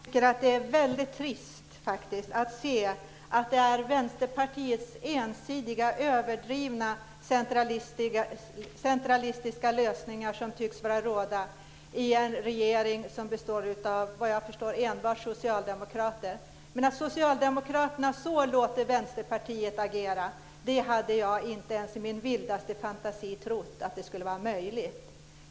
Fru talman! Jag tycker faktiskt att det är väldigt trist att se att det är Vänsterpartiets ensidiga, överdrivna, centralistiska lösningar som tycks vara rådande i en regering som vad jag förstår enbart består av socialdemokrater. Att Socialdemokraterna låter Vänsterpartiet agera så hade jag inte ens i min vildaste fantasi trott skulle vara möjligt.